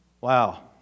Wow